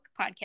podcast